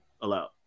allowed